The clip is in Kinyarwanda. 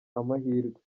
amahirwe